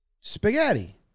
spaghetti